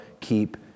keep